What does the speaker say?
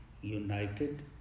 united